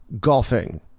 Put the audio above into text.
Golfing